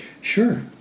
Sure